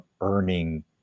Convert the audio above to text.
earning